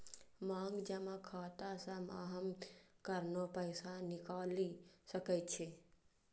मांग जमा खाता सं अहां कखनो पैसा निकालि सकै छी